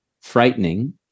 Frightening